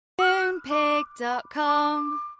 Moonpig.com